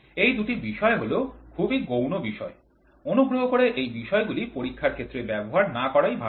এই দুটি বিষয় হল খুবই গৌণ বিষয় অনুগ্রহ করে এই বিষয়গুলি পরীক্ষার ক্ষেত্রে ব্যবহার না করাই ভালো